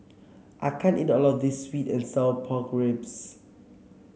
I can't eat all of this sweet and Sour Pork Ribs